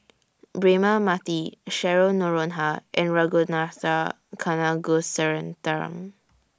Braema Mathi Cheryl Noronha and Ragunathar Kanagasuntheram